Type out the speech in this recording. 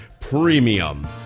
Premium